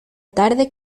tarde